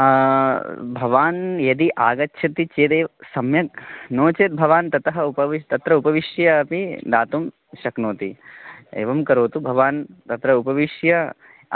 भवान् यदि आगच्छति चेदेव सम्यक् नो चेत् भवान् ततः उपविष्ट् तत्र उपविश्यापि दातुं शक्नोति एवं करोतु भवान् तत्र उपविश्य